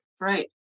right